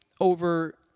over